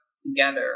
together